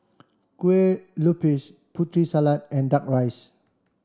Kue Lupis Putri Salad and Duck Rice